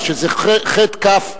ב"חכימא"